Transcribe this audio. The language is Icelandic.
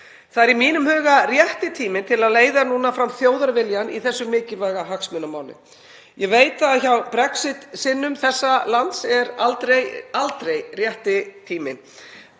Það er í mínum huga rétti tíminn til að leiða fram þjóðarvilja í þessu mikilvæga hagsmunamáli. Ég veit að hjá Brexit-sinnum þessa lands er aldrei rétti tíminn,